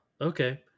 okay